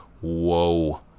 whoa